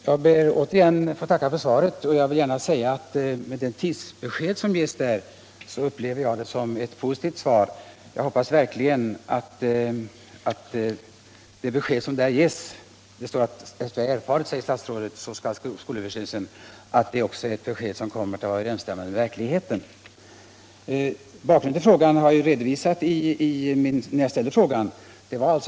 Fru talman! Jag ber åter att få tacka för ett svar. Jag vill gärna säga att jag med det tidsbesked som där ges upplever svaret positivt. Jag hoppas verkligen att vad som i svaret sägs kommer att överensstämma med verkligheten. Bakgrunden till denna fråga redovisades när jag ställde den.